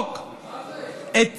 למחוק את